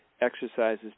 exercises